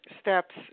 steps